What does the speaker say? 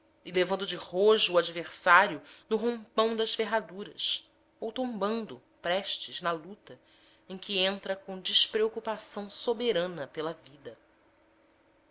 e levando de rojo o adversário no rompão das ferraduras ou tombando preste na luta em que entra com despreocupação soberana pela vida